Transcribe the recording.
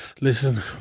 Listen